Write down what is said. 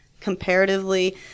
Comparatively